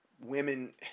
women